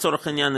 לצורך העניין,